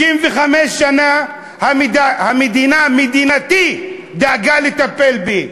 65 שנה מדינתי דאגה לטפל בי.